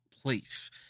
place